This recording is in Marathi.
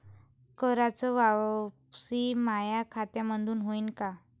कराच वापसी माया खात्यामंधून होईन का?